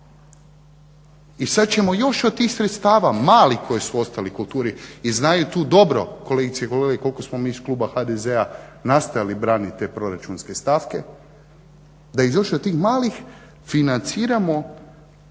I sad ćemo još od tih sredstava mali koje su ostali u kulturi i znaju tu dobro kolegice i kolege koliko smo mi iz kluba HDZ-a nastojali braniti te proračunske stavke da još od tih malih financiramo